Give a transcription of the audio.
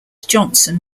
johnson